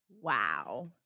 Wow